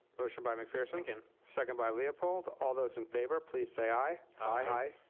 motion by mcpherson. second. second by leopold, all those in favor please say aye. aye.